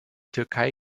türkei